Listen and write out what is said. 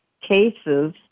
cases